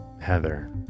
Heather